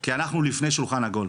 כי אנחנו לפני שולחן עגול,